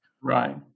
Right